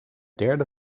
derde